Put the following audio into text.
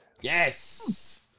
Yes